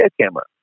camera